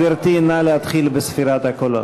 גברתי, נא להתחיל בספירת הקולות.